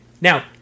Now